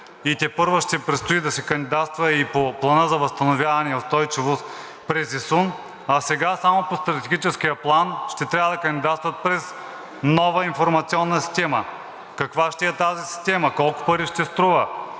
тепърва ще предстои да се кандидатства и по Плана за възстановяване и устойчивост през ИСУН, а сега само по Стратегическия план ще трябва да кандидатстват през нова информационна система. Каква ще е тази система? Колко пари ще струва?